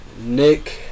Nick